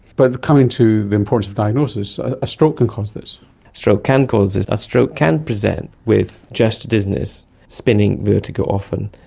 but coming to the importance of diagnosis, a stroke can cause this. a stroke can cause this, a stroke can present with just dizziness, spinning vertigo often,